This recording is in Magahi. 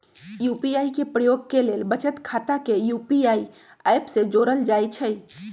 यू.पी.आई के प्रयोग के लेल बचत खता के यू.पी.आई ऐप से जोड़ल जाइ छइ